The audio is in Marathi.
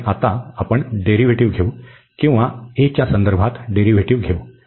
आणि आता आपण डेरीव्हेटिव घेऊ किंवा a च्या संदर्भात डेरीव्हेटिव घेऊ